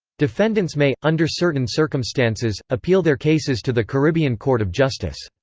defendants may, under certain circumstances, appeal their cases to the caribbean court of justice.